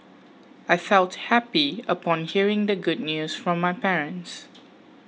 I felt happy upon hearing the good news from my parents